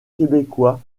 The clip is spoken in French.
québécois